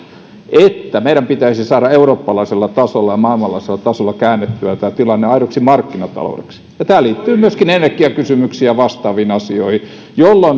meidän pitäisi saada eurooppalaisella tasolla ja maailmanlaajuisella tasolla käännettyä tämä tilanne aidoksi markkinataloudeksi tämä liittyy myöskin energiakysymyksiin ja vastaaviin asioihin ja